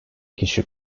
kişi